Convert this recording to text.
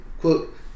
quote